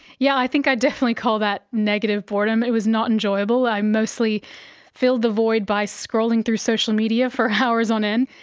yeah i think i'd definitely call that negative boredom, it was not enjoyable. i mostly filled the void by scrolling through social media for hours on end,